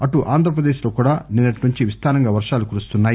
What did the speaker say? అటు ఆంధ్ర ప్రదేశ్ లో కూడా నిన్నటి నుంచి విస్తారంగా వర్షాలు కురుస్తున్సాయి